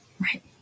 Right